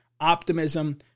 optimism